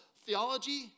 theology